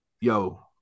Yo